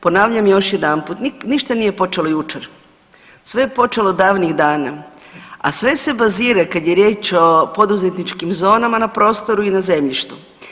Ponavljam još jedanput, ništa nije počelo jučer, sve je počelo davnih dana, a sve se bazira kad je riječ o poduzetničkim zonama na prostoru i na zemljištu.